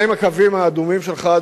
מה הם הקווים האדומים שלך,